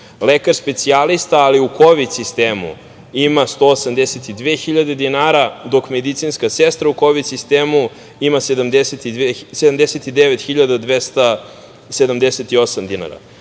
Lekar specijalista, ali u kovid sistemu ima 182.000 dinara, dok medicinska sestra u kovid sistemu ima 79.278 dinara. Dakle,